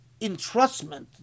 entrustment